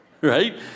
right